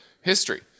history